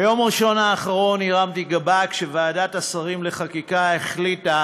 ביום ראשון האחרון הרמתי גבה כשוועדת השרים לחקיקה החליטה